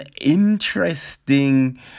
interesting